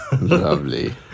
Lovely